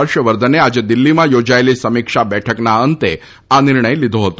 હર્ષવર્ધને આજે દિલ્હીમાં યોજાયેલી સમિક્ષા બેઠકના અંતે આ નિર્ણય લીધા હતો